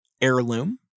heirloom